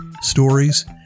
stories